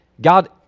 God